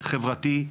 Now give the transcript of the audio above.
חברתי,